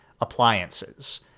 appliances